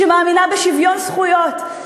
שמאמינה בשוויון זכויות,